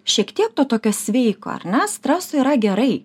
šiek tiek to tokio sveiko ar ne streso yra gerai